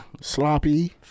Sloppy